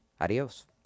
adios